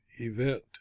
event